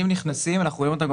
נכנסים אנחנו רואים אותם,